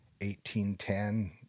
1810